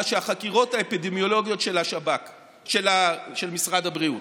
מאשר החקירות האפידמיולוגיות של משרד הבריאות.